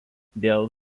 dėl